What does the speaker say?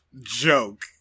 joke